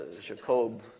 Jacob